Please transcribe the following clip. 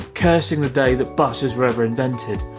cursing the day that buses were ever invented.